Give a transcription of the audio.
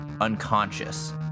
unconscious